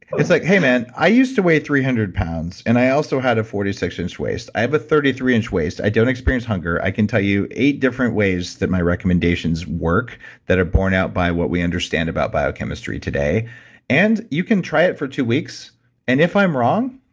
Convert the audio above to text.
it's like, hey man, i used to weigh three hundred pounds and i also had a forty six inch waist. i have a thirty three inch waist. i don't experience hunger. i can tell you eight different ways that my recommendations work that are borne out by what we understand about biochemistry today and you can try it for two weeks and if i'm wrong,